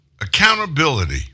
Accountability